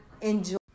enjoy